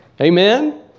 amen